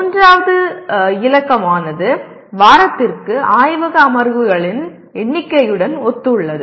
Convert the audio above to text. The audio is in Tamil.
மூன்றாவது இலக்கமானது வாரத்திற்கு ஆய்வக அமர்வுகளின் எண்ணிக்கையுடன் ஒத்துள்ளது